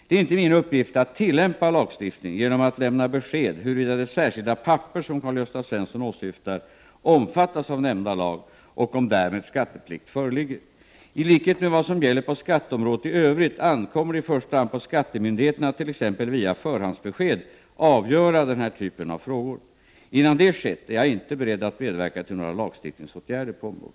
Det är inte min uppgift att tillämpa lagstiftningen genom att lämna besked huruvida det särskilda papper som Karl-Gösta Svenson åsyftar omfattas av nämnda lag och om därmed skatteplikt föreligger. I likhet med vad som gäller på skatteområdet i övrigt ankommer det i första hand på skattemyndigheterna att, t.ex. via förhandsbesked, avgöra denna typ av frågor. Innan detta skett är jag inte beredd att medverka till några lagstiftningsåtgärder på området.